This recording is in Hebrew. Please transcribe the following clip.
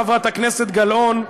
חברת הכנסת גלאון,